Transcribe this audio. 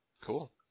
Cool